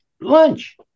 lunch